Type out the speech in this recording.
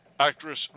Actress